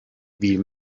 wie